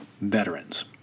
veterans